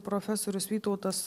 profesorius vytautas